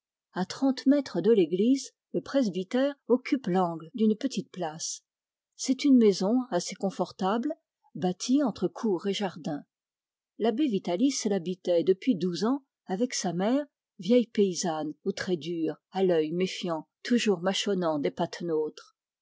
à trente mètres de l'église le presbytère occupe l'angle d'une petite place c'est une maison assez confortable bâtie entre cour et jardin l'abbé vitalis l'habitait depuis douze ans avec sa mère vieille paysanne aux traits durs à l'œil méfiant toujours mâchonnant des